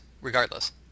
regardless